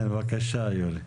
כן, בבקשה יורי.